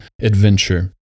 adventure